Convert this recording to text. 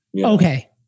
Okay